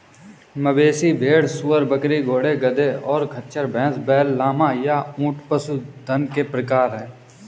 मवेशी, भेड़, सूअर, बकरी, घोड़े, गधे, और खच्चर, भैंस, बैल, लामा, या ऊंट पशुधन के प्रकार हैं